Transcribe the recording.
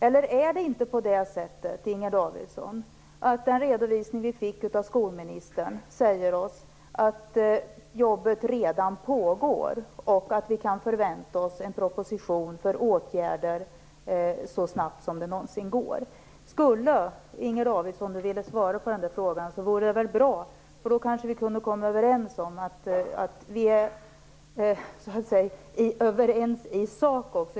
Är det inte i stället på det sättet, Inger Davidson, att den redovisning som vi fick av skolministern säger oss att arbetet redan pågår och att vi kan förvänta oss en proposition med åtgärder så snabbt som det någonsin är möjligt? Om Inger Davidson ville svara på denna fråga, vore det bra. Då kanske vi kunde enas om att vi också är överens i sak.